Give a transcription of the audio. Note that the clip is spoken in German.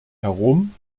herum